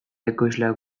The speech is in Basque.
ekoizleak